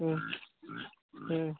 ও